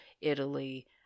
Italy